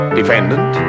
defendant